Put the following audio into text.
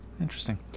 Interesting